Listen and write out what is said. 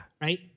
Right